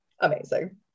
Amazing